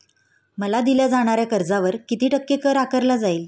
मला दिल्या जाणाऱ्या कर्जावर किती टक्के कर आकारला जाईल?